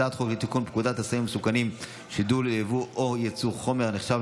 הצעת חוק לתיקון פקודת הסמים המסוכנים (שידול ליבוא או יצוא חומר הנחשב